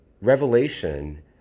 revelation